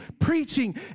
preaching